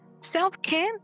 Self-care